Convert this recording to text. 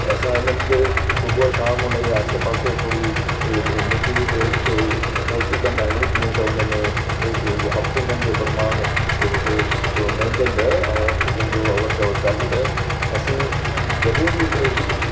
असां हिननि खे सुबुह शाम उन जे आसे पासे थोरी मिटी खे पोची कंदा आहियूं जीअं त उन में ओ ऑक्सीज़न जो प्रमाण मैनटेन रहे ऑक्सीज़न जो अवड़ जवड़ चालू रहे असीं जॾहिं बि